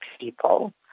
people